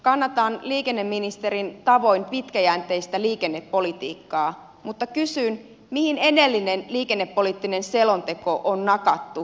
kannatan liikenneministerin tavoin pitkäjänteistä liikennepolitiikkaa mutta kysyn mihin edellinen liikennepoliittinen selonteko on nakattu